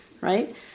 Right